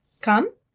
come